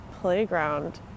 playground